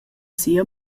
sia